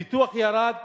הפיתוח ירד,